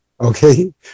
okay